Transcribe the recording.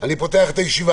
חברים, אני פותח את הישיבה.